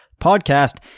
podcast